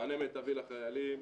מענה מיטבי לחיילים,